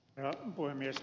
herra puhemies